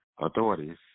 authorities